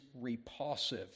repulsive